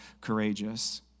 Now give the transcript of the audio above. courageous